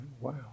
Wow